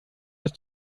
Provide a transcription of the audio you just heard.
dass